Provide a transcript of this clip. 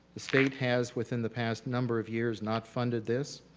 the state has within the past number of years not funded this.